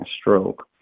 stroke